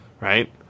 right